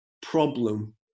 problem